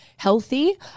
healthy